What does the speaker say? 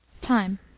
Time